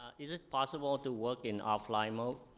is it possible to work in offline mode?